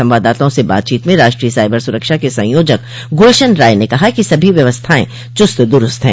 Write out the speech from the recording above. संवाददाताओं से बातचीत में राष्ट्रीय साइबर सुरक्षा के संयोजक गुलशन राय ने कहा है कि सभी व्यवस्थाएं चुस्त दुरुस्त हैं